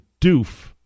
doof